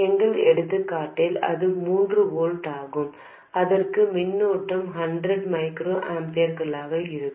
எங்கள் எடுத்துக்காட்டில் அது மூன்று வோல்ட் ஆகும் அதற்கு மின்னோட்டம் 100 மைக்ரோ ஆம்பியர்களாக இருக்கும்